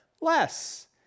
less